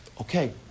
Okay